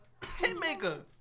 Hitmaker